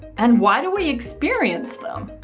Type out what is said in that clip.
and why do we experience them?